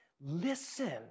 Listen